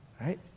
right